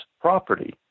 property